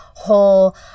whole